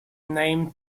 name